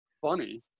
funny